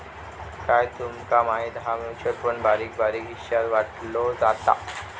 काय तूमका माहिती हा? म्युचल फंड बारीक बारीक हिशात वाटलो जाता